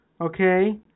Okay